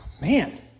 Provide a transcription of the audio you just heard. man